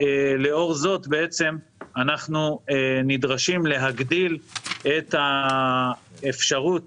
לאור זאת אנחנו נדרשים להגדיל את האפשרות